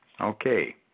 Okay